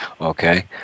Okay